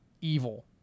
evil